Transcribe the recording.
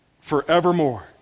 forevermore